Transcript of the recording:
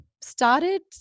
started